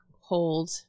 hold